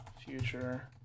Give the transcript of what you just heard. future